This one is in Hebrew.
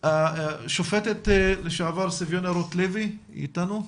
השופטת לשעבר סביונה רוטלוי בבקשה.